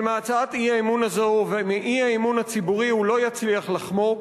אבל מהצעת האי-אמון הזאת ומהאי-אמון הציבורי הוא לא יצליח לחמוק.